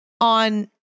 On